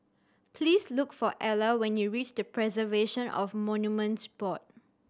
please look for Ela when you reach Preservation of Monuments Board